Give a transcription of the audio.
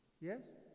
Yes